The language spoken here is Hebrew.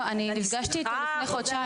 לא, אני נפגשתי איתו לפני חודשיים.